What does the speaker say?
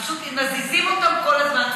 פשוט מזיזים אותם כל הזמן.